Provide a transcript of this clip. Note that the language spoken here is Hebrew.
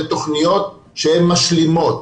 ותכניות משלימות.